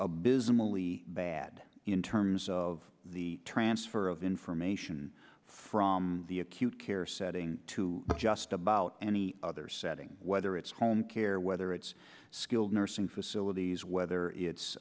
abysmally bad in terms of the transfer of information from the acute care setting to just about any other setting whether it's home care whether it's skilled nursing facilities whether